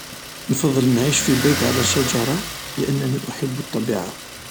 نفضل نعيش في بيت على الشجرة لأنني أحب الطبيعة